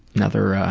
another